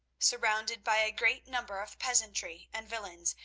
surrounded by a great number of peasantry and villeins,